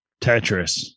Tetris